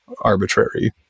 arbitrary